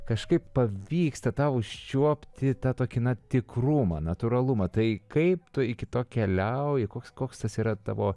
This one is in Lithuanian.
kažkaip pavyksta tau užčiuopti tą tokį na tikrumą natūralumą tai kaip tu iki to keliauji koks koks tas yra tavo